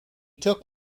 took